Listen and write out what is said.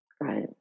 Right